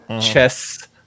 chess